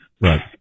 Right